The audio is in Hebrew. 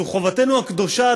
זו חובתנו הקדושה,